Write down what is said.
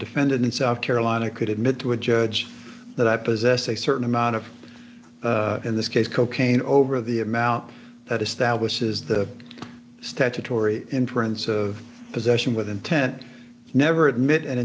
defendant in south carolina could admit to a judge that i possess a certain amount of in this case cocaine over the amount that establishes the statutory inference of possession with intent never admit and